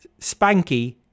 spanky